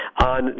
on